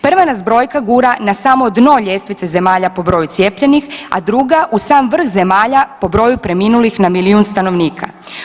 Prva nas brojka gura na samo dno ljestvice zemalja po broju cijepljenih, a druga u sam vrh zemalja po broju preminulih na milijun stanovnika.